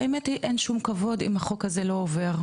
האמת היא אין שום כבוד אם החוק הזה לא עובר,